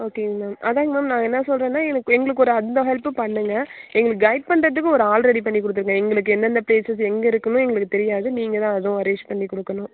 ஓகேங்க மேம் அதான்ங்க மேம் நான் என்ன சொல்றேனா எங்களுக்கு எங்களுக்கு ஒரு அந்த ஹெல்ப்பை பண்ணுங்கள் எங்களுக்கு கைட் பண்ணுறதுக்கு ஒரு ஆள் ரெடி பண்ணி கொடுத்துருங்க எங்களுக்கு எந்த எந்த பிளேசஸ் எங்கே இருக்குதுன்னும் எங்களுக்கு தெரியாது நீங்கள் தான் அதுவும் அரேஞ்ச் பண்ணி கொடுக்கணும்